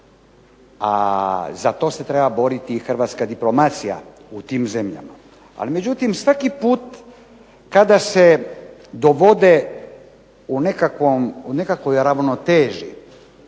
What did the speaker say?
a za to se treba boriti hrvatska diplomacija u tim zemljama. Ali međutim svaki put kada se dovode u nekakvoj ravnoteži